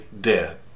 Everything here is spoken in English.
dead